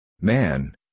Man